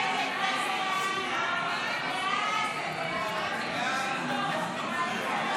הצעת חוק ביטוח בריאות ממלכתי (תיקון מס' 69 והוראת